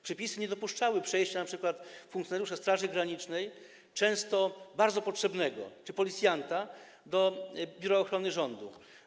Przepisy nie dopuszczały możliwości przejścia np. funkcjonariusza Straży Granicznej, często bardzo potrzebnego, czy policjanta do Biura Ochrony Rządu.